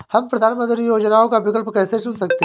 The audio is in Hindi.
हम प्रधानमंत्री योजनाओं का विकल्प कैसे चुन सकते हैं?